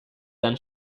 than